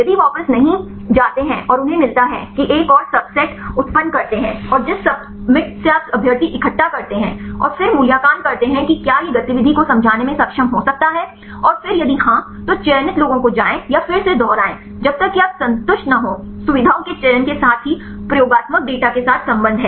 यदि वापस नहीं जाते हैं और उन्हें मिलता है कि एक और सबसेट उत्पन्न करते हैं और जिस सब्मिट से आप अभ्यर्थी इकट्ठा करते हैं और फिर मूल्यांकन करते हैं कि क्या यह गतिविधि को समझाने में सक्षम हो सकता है और फिर यदि हाँ तो चयनित लोगों को जाएं या फिर से दोहराएं जब तक कि आप संतुष्ट न हों सुविधाओं के चयन के साथ ही प्रयोगात्मक डेटा के साथ संबंध है